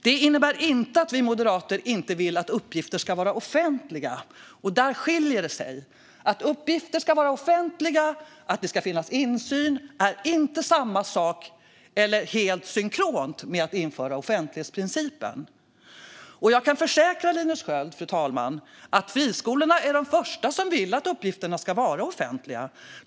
Det innebär inte att vi moderater inte vill att uppgifter ska vara offentliga. Där skiljer det sig. Att uppgifter ska vara offentliga och att det ska finnas insyn är inte samma sak eller helt synkront med att införa offentlighetsprincipen. Fru talman! Jag kan försäkra Linus Sköld att friskolorna är de första som vill att uppgifterna ska vara offentliga.